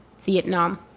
Vietnam